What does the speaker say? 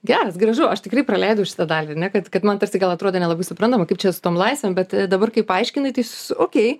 geras gražu aš tikrai praleidau šitą dalį ar ne kad kad man tarsi gal atrodė nelabai suprantama kaip čia su tom laisvėm bet dabar kai paaiškinai tais okei